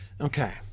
Okay